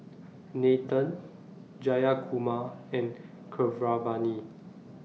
Nathan Jayakumar and Keeravani